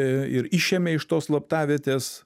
ir išėmė iš tos slaptavietės